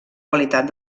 qualitat